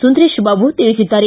ಸುಂದರೇಶ್ ಬಾಬು ತಿಳಿಸಿದ್ದಾರೆ